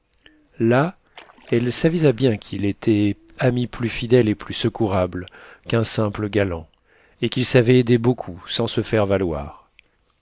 là elle s'avisa bien qu'il était ami plus fidèle et plus secourable qu'un simple galant et qu'il savait aider beaucoup sans se faire valoir